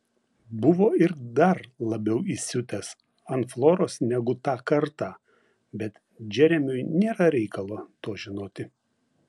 buvo ir dar labiau įsiutęs ant floros negu tą kartą bet džeremiui nėra reikalo to žinoti